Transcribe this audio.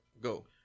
go